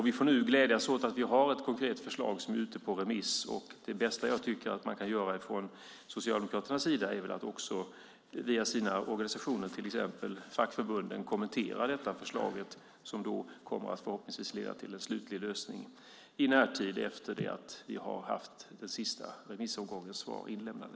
Vi får nu glädjas åt att vi har ett konkret förslag som är ute på remiss. Det bästa jag tycker att man kan göra från Socialdemokraternas sida är väl att också via sina organisationer, till exempel fackförbunden, kommentera detta förslag - som förhoppningsvis kommer att leda till en slutlig lösning i närtid efter att vi har fått den sista remissomgångens svar inlämnade.